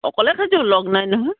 অকলে খাইছোঁ লগ নাই নহয়